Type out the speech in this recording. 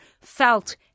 felt